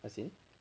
as in